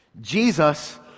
Jesus